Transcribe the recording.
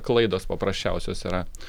klaidos paprasčiausios yra